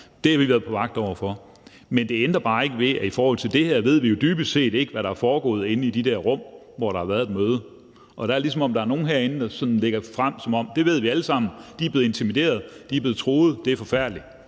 Det har vi været på vagt over for. Men det ændrer bare ikke ved, at i forhold til det her ved vi jo dybest set ikke, hvad der er foregået inde i de der rum, hvor der har været et møde, og der er det, som om der er nogle herinde, der sådan lægger det frem, som om vi alle sammen ved det, altså at de er blevet intimideret, at de er blevet truet, og at det er forfærdeligt.